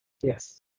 Yes